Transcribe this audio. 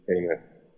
famous